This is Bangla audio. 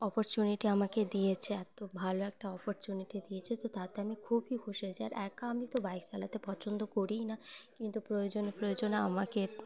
অপরচুনিটি আমাকে দিয়েছে এত ভালো একটা অপরচুনিটি দিয়েছে তো তাতে আমি খুবই খুশি হয়েছি আর একা আমি তো বাইক চালাতে পছন্দ করি না কিন্তু প্রয়োজনে প্রয়োজনে আমাকে